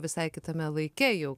visai kitame laike jau